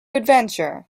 adventure